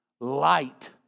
Light